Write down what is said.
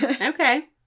Okay